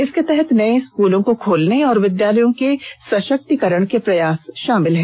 इसके तहत नये स्कूलों को खोलने और विद्यालयों के सशक्तिकरण के प्रयास शामिल हैं